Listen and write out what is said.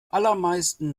allermeisten